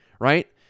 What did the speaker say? right